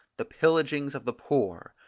the pillagings of the poor,